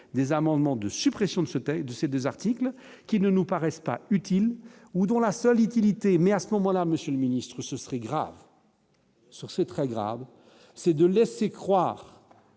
des amendements de suppression de Ceuta et de ses 2 articles qui ne nous paraissent pas utile. Ou dans la salle, lité mais à ce moment là, Monsieur le Ministre, ce serait grave sur c'est très grave, c'est de laisser croire